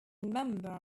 member